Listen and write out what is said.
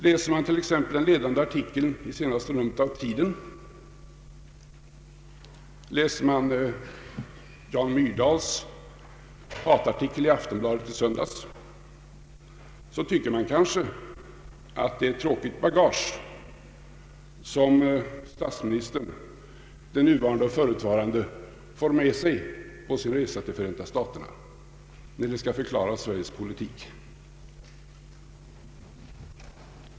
Läser vi t.ex. en ledande artikel i det senaste numret av Tiden och Jan Myrdals hatartikel i Aftonbladet i söndags, tycker vi kanske att det är ett tråkigt bagage som den nuvarande och förutvarande statsministern får med sig på sin resa till Förenta staterna, när de skall förklara Sveriges politik.